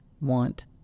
want